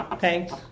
Thanks